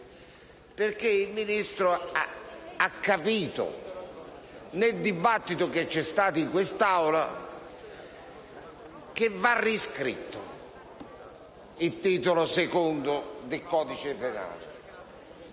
perché il Ministro ha capito, nel dibattito che si è svolto in quest'Aula, che va riscritto il Libro II del codice penale,